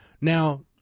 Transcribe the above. Now